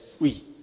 Oui